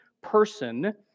person